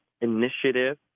initiative